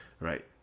right